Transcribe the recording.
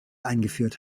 eingeführt